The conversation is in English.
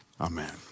amen